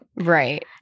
Right